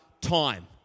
time